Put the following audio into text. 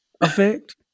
Effect